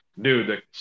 dude